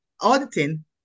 auditing